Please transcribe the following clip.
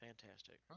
Fantastic